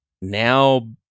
Now